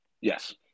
Yes